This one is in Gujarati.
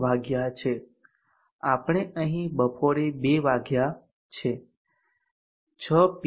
વાગ્યા છે આપણી અહીં બપોરે 12 વાગ્યા છે 6 p